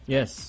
Yes